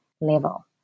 level